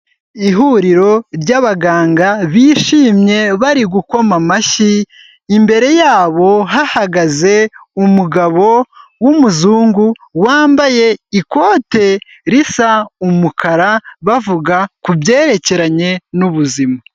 Ihuriro ry'abaganga bishimye bari gukoma amashyi, imbere yabo hahagaze umugabo w'umuzungu wambaye ikote risa umukara. Bavuga kubyerekeranye n'ubuzima.